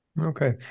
Okay